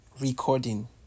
recording